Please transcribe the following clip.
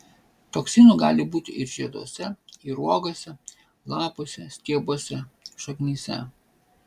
toksinų gali būti ir žieduose ir uogose lapuose stiebuose šaknyse